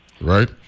Right